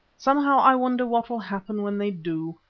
somehow i wonder what will happen when they do.